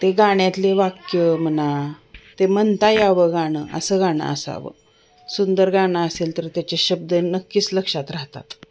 ते गाण्यातले वाक्य म्हणा ते म्हणता यावं गाणं असं गाणं असावं सुंदर गाणं असेल तर त्याचे शब्द नक्कीच लक्षात राहतात